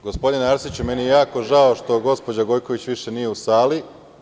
Gospodine Arsiću, meni je jako žao što gospođa Gojković više nije u sali.